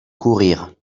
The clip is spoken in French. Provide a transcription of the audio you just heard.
courrir